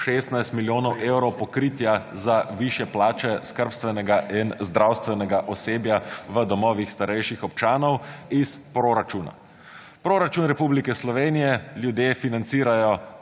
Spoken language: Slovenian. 16 milijonov evrov pokritja za višje plače skrbstvenega in zdravstvenega osebja v domovih starejših občanov iz proračuna. Proračun Republike Slovenije ljudje financirajo